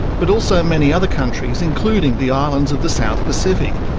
but also many other countries, including the islands of the south pacific.